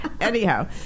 anyhow